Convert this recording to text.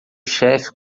chefe